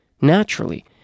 naturally